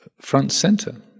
front-center